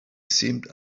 seemed